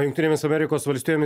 jungtinėmis amerikos valstijomis